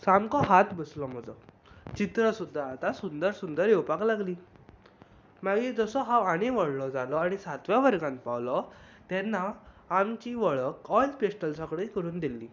सामको हात बसलो म्हजो चीत्र सुदारतां सुंदर सुंदर येवपाक लागलीं मागीर जसो हांव आनी व्हडलो जालो आनी सातव्या वर्गांत पावलो तेन्ना आमची वळख ऑयस पॅस्टलसा कडेन करून दिली